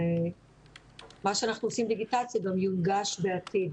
ומה שאנחנו לגביו דיגיטציה גם יונגש בעתיד